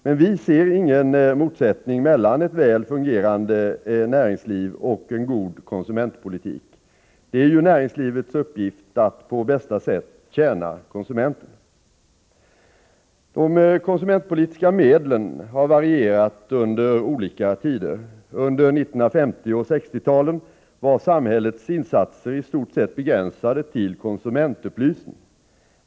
Men vi ser ingen motsättning mellan ett väl fungerande näringsliv och en god konsumentpolitik. Det är ju näringslivets uppgift att på bästa sätt tjäna konsumenten. De konsumentpolitiska medlen har varierat under olika tider. Under 1950 och 1960-talen var samhällets insatser i stort sett begränsade till konsumentupplysning.